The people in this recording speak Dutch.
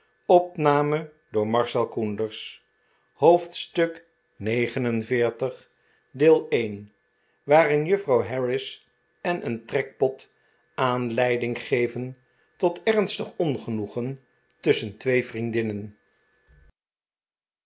hoofdstuk xlix waarin juffrouw harris en een trekpot aanleiding geven tot ernstig ongenoegen tusschen twee vriendinnen